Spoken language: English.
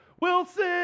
Wilson